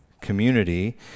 community